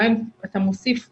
גם אם אתה מוסיף מעט,